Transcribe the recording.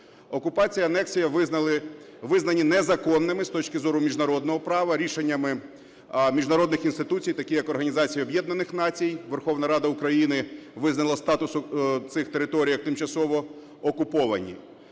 Окупація і анексія визнані незаконними з точки зору міжнародного права, рішеннями міжнародних інституцій, таких як Організація Об'єднаних Націй. Верховна Рада України визнала статус цих територій як тимчасово окуповані.